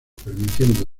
permitiendo